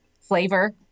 flavor